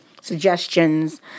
suggestions